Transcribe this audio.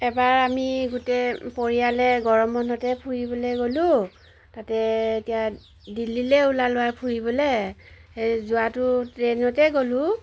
এবাৰ আমি গোটেই পৰিয়ালে গৰম বন্ধতে ফুৰিবলৈ গ'লো তাতে এতিয়া দিল্লীলৈ ওলালো আৰু ফুৰিবলৈ সেই যোৱাটো ট্ৰেইনতে গ'লোঁ